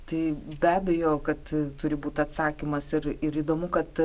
tai be abejo kad turi būt atsakymas ir ir įdomu kad